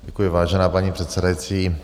Děkuji, vážená paní předsedající.